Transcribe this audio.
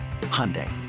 Hyundai